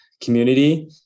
community